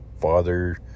father